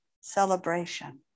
celebration